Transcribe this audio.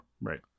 Right